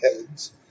heads